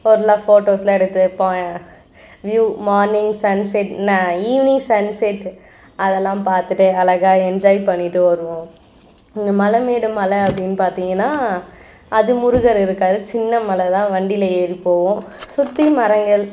ஓரலாக ஃபோட்டோஸ்லாம் எடுத்து ப வியூ மார்னிங் சன்செட் நான் ஈவினிங் சன்செட் அதெல்லாம் பார்த்துட்டு அழகா என்ஜாய் பண்ணிவிட்டு வருவோம் இந்த மலைமேடு மலை அப்படின்னு பார்த்திங்கனா அது முருகர் இருக்கார் சின்ன மலை தான் வண்டியில் ஏறி போவோம் சுற்றி மரங்கள்